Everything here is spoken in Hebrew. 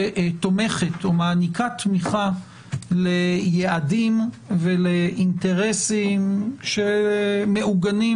ומעניקה תמיכה ליעדים ולאינטרסים שמעוגנים